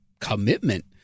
commitment